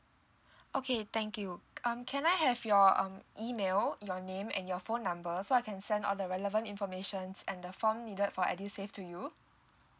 okay thank you um can I have your um email your name and your phone number so I can send all the relevant information and the form needed for edusave to you